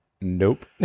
nope